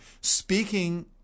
speaking